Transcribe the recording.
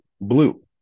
blue